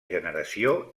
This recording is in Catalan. generació